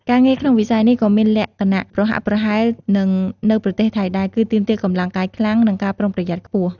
ការងារក្នុងវិស័យនេះក៏មានលក្ខណៈប្រហាក់ប្រហែលនឹងនៅប្រទេសថៃដែរ គឺទាមទារកម្លាំងកាយខ្លាំង និងការប្រុងប្រយ័ត្នខ្ពស់ ។